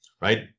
right